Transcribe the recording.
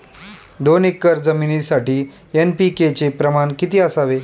दोन एकर जमीनीसाठी एन.पी.के चे प्रमाण किती असावे?